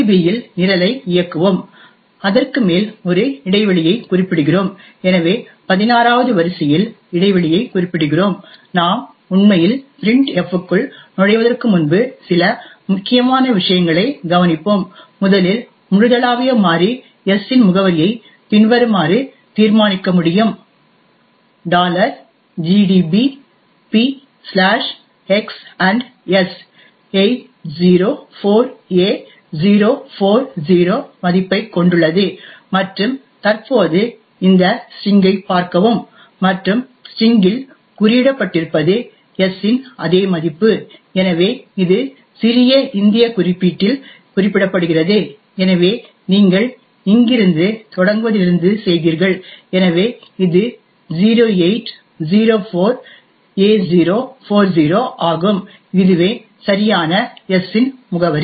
பியில் நிரலை இயக்குவோம் அதற்கு மேல் ஒரு இடைவெளியைக் குறிப்பிடுகிறோம் எனவே 16 வது வரிசையில் இடைவெளியைக் குறிப்பிடுகிறோம் நாம் உண்மையில் printf க்குள் நுழைவதற்கு முன்பு சில முக்கியமான விஷயங்களை கவனிப்போம் முதலில் முழுதளாவிய மாறி s இன் முகவரியை பின்வருமாறு தீர்மானிக்க முடியும் gdbpxs 804a040 மதிப்பைக் கொண்டுள்ளது மற்றும் தற்போது இந்த ஸ்டிரிங் ஐ பார்க்கவும் மற்றும் ஸ்டிரிங் இல் குறியிடப்பட்டிருப்பது s இன் அதே மதிப்பு எனவே இது சிறிய இந்திய குறியீட்டில் குறிப்பிடப்படுகிறது எனவே நீங்கள் இங்கிருந்து தொடங்குவதிலிருந்து செய்தீர்கள் எனவே இது 0804a040 ஆகும் இதுவே சரியாக s இன் முகவரி